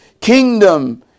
kingdom